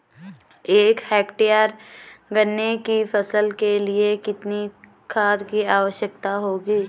एक हेक्टेयर गन्ने की फसल के लिए कितनी खाद की आवश्यकता होगी?